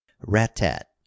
Rat-tat